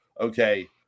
okay